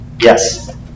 Yes